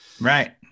Right